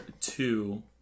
two